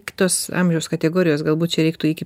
kitos amžiaus kategorijos galbūt čia reiktų iki